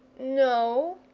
no,